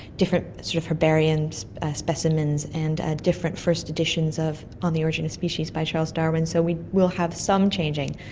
different sort of herbarium specimens, and ah different first editions of on the origin of species by charles darwin. so we will have some changing,